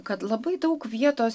kad labai daug vietos